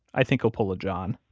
i think he'll pull a john